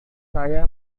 saya